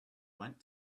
went